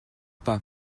pas